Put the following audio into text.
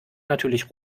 natürlich